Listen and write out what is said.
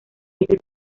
este